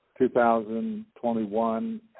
2021